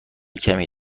کمی